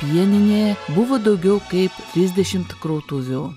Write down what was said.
pieninė buvo daugiau kaip trisdešim krautuvių